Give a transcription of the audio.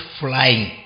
flying